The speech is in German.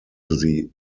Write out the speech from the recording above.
sie